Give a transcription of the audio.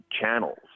channels